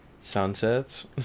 Sunsets